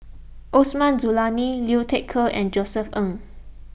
Osman Zailani Liu Thai Ker and Josef Ng